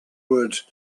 words